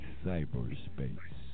cyberspace